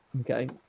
Okay